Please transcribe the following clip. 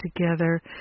together